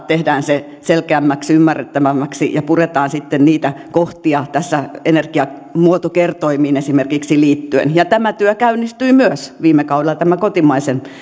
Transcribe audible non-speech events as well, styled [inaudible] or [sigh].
[unintelligible] tehdään selkeämmäksi ja ymmärrettävämmäksi ja puretaan sitten niitä kohtia tässä esimerkiksi energiamuotokertoimiin liittyen tämä työ käynnistyi myös viime kaudella tämä kotimaisen